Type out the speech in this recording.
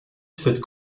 cette